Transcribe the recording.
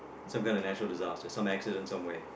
some kind of natural disasters some accidents somewhere